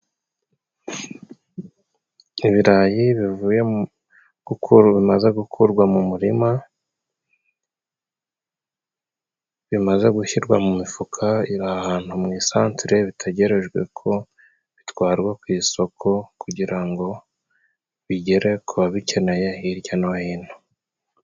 Ibirayi bimaze gukorwa mu murima, bimaze gushyirwa mu mifuka iri ahantu mu isantere, bitegerejwe ko bitwarwa ku isoko, kugira ngo bigere ku babikeneye hirya no hino.